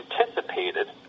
anticipated